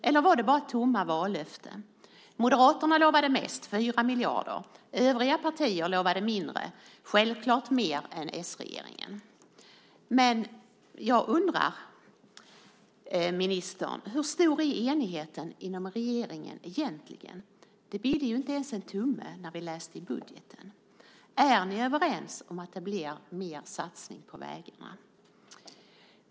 Eller var det bara tomma vallöften? Moderaterna lovade mest, 4 miljarder. Övriga partier lovade mindre men självklart mer än s-regeringen. Jag undrar dock, ministern: Hur stor är egentligen enigheten inom regeringen? Det bidde ju inte ens en tumme när vi läste i budgeten. Är ni överens om att det blir mer satsningar på vägarna?